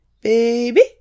Baby